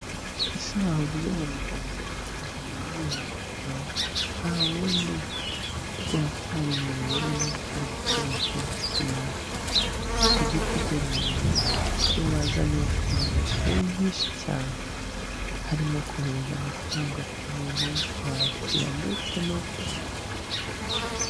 Ese waba uzi umurongo mwiza cyane wizewe mu Rwanda nta wundi uracyari mu buyobe niba utari gukoresha MTN. Va ku giti dore umuntu, yabazaniye poromosiyo nyinshi cyane harimo kohereza amafaranga ku buntu kuyakira ndetse no.